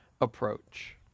approach